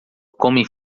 comem